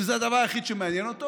שזה הדבר היחיד שמעניין אותו,